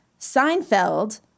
Seinfeld